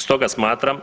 Stoga smatram